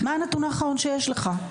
מה הנתון האחרון שיש לך?